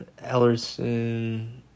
Ellerson